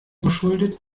geschuldet